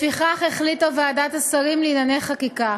לפיכך החליטה ועדת השרים לענייני חקיקה